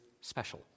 special